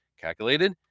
calculated